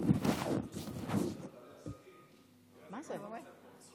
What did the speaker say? גברתי היושבת-ראש,